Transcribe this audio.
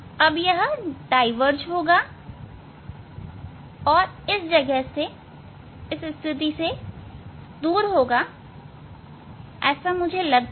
अब डाईवर्ज यह डाईवर्ज होगा और इस जगह से दूर होगा ऐसी मुझे आशा है